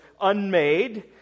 unmade